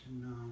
no